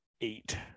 eight